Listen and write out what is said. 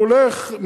והוא הולך,